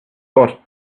but